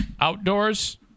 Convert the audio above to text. outdoors